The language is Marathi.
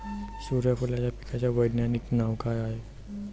सुर्यफूलाच्या पिकाचं वैज्ञानिक नाव काय हाये?